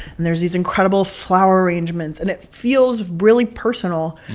and there's these incredible flower arrangements. and it feels really personal,